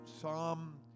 Psalm